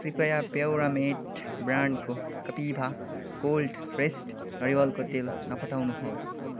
कृपया प्याउरामेट ब्रान्डको कपिभा कोल्ड प्रेस्ड नरिवलको तेल नपठाउनुहोस्